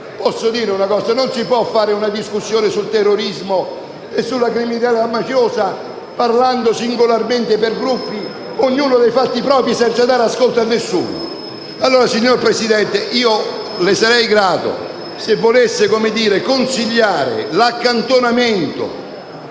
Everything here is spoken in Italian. consentite - non si può fare una discussione sul terrorismo e sulla criminalità mafiosa parlando singolarmente per Gruppi ognuno dei fatti propri e senza dare ascolto a nessuno. Signor Presidente, le sarei grato se volesse consigliare l'accantonamento